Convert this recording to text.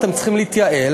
אתם צריכים להתייעל,